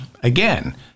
again